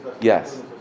Yes